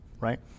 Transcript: right